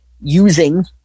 using